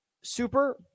super